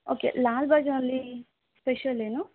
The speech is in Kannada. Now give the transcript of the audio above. ಓಕೆ ಲಾಲ್ಬಾಗ್ನಲ್ಲಿ ಸ್ಪೆಷಲ್ ಏನು